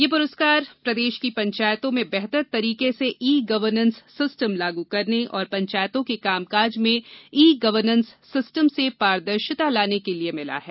यह पुरस्कार प्रदेश की पंचायतों में बेहतर तरीके से ई गवर्नेंस सिस्टम लागू करने और पंचायतों के कामकाज में ई गवर्नें स सिस्टम से पारदर्शिता लाने के लिये मिला है